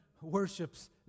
worships